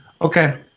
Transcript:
okay